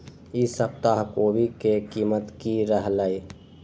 ई सप्ताह कोवी के कीमत की रहलै?